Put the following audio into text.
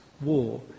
war